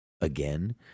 again